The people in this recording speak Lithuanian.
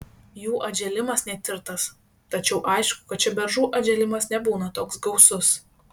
jų atžėlimas netirtas tačiau aišku kad čia beržų atžėlimas nebūna toks gausus